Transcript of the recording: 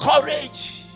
courage